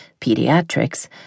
Pediatrics